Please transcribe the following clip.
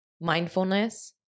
mindfulness